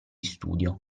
studio